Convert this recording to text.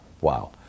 Wow